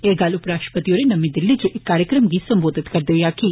एह् गल्ल उप राश्ट्रपति होरें नमीं दिल्ली इच इक कार्यक्रम गी संबोधित करदे होई आक्खी